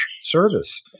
service